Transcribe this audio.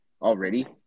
already